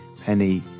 penny